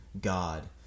God